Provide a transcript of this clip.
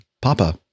Papa